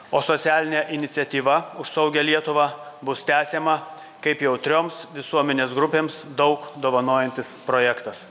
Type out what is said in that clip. o socialinė iniciatyva už saugią lietuvą bus tęsiama kaip jautrioms visuomenės grupėms daug dovanojantis projektas